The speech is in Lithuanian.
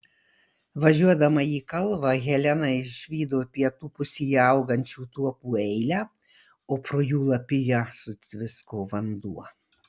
važiuodama į kalvą helena išvydo pietų pusėje augančių tuopų eilę o pro jų lapiją sutvisko vanduo